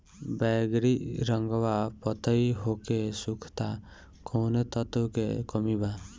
बैगरी रंगवा पतयी होके सुखता कौवने तत्व के कमी बा?